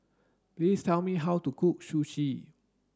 please tell me how to cook Sushi